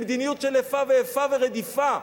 במדיניות של איפה ואיפה ורדיפה.